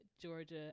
Georgia